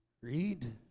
Read